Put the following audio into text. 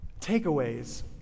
Takeaways